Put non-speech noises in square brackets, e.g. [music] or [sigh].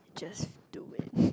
just do it [breath]